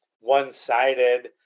one-sided